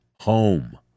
Home